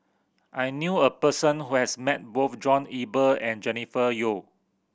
I knew a person who has met both John Eber and Jennifer Yeo